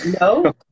No